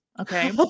okay